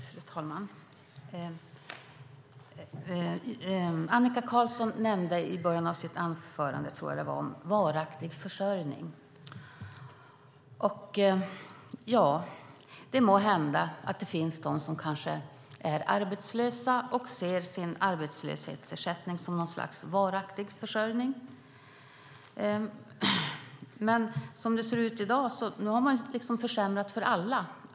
Fru talman! Annika Qarlsson nämnde i början av sitt anförande varaktig försörjning. Måhända finns det de som är arbetslösa och ser sin arbetslöshetsersättning som något slags varaktig försörjning. Men som det ser ut i dag har man försämrat för alla.